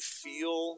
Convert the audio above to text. feel